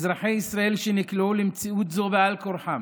אזרחי ישראל שנקלעו למציאות זו בעל כורחם.